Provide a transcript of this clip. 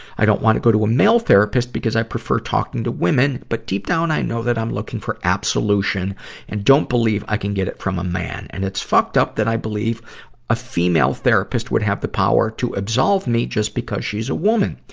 i don't wanna go to a male therapist, because i prefer talking to women. but deep down, i know that i'm looking for absolution and don't believe that i can get it from a man. and it's fucked up that i believe a female therapist would have the power to absolve me, just because she's a woman.